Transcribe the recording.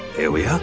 here we